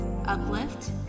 Uplift